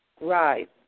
Right